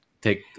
take